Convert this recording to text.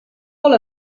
hall